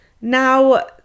Now